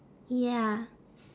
ya